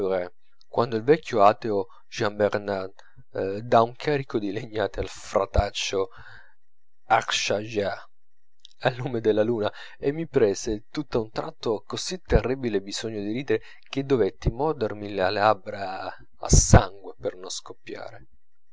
quando il vecchio ateo jeanbernat dà un carico di legnate al frataccio archangias al lume della luna e mi prese tutt'a un tratto così terribile bisogno di ridere che dovetti mordermi le labbra a sangue per non scoppiare